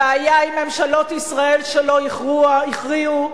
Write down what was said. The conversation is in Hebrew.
הבעיה היא ממשלות ישראל שלא הכריעו,